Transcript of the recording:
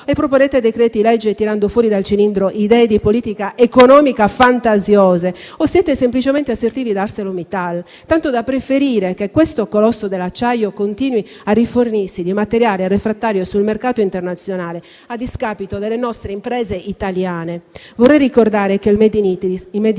e proponete decreti-legge tirando fuori dal cilindro idee fantasiose di politica economica, o siete semplicemente asserviti ad ArcelorMittal, tanto da preferire che questo colosso dell'acciaio continui a rifornirsi di materiale refrattario sul mercato internazionale, a discapito delle imprese italiane. Vorrei ricordare che il *made in Italy*